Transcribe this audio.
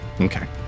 Okay